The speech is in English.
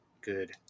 Good